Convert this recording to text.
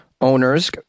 Owners